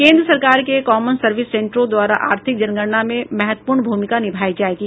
केन्द्र सरकार के कॉमन सर्विस सेंटरों द्वारा आर्थिक जनगणना में महत्वपूर्ण भूमिका निभायी जायेगी